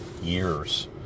years